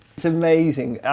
it's amazing!